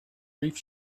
grief